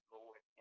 Lord